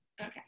okay